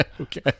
Okay